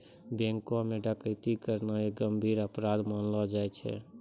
बैंको म डकैती करना एक गंभीर अपराध मानलो जाय छै